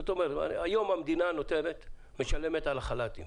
היום המדינה משלמת על החל"תים